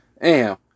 Anyhow